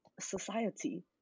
Society